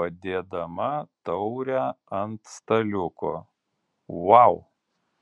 padėdama taurę ant staliuko vau